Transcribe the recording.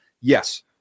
Yes